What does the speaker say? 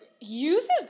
uses